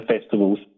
festivals